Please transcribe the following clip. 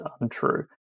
untrue